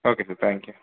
okay sir thank you